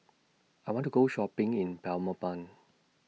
I want to Go Shopping in Belmopan